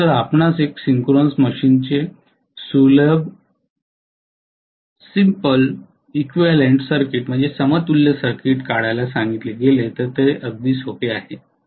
म्हणून जर आपणास एक सिंक्रोनस मशीनचे सुलभ समतुल्य सर्किट काढायला सांगितले गेले तर ते अगदी सोपे आहे